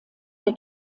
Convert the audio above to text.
der